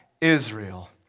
Israel